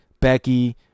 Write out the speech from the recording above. Becky